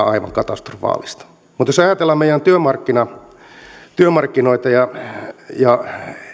aivan katastrofaalista mutta ajatellaan meidän työmarkkinoita ja ja